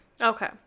okay